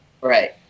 right